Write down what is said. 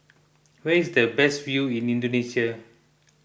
where is the best view in Indonesia